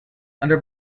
under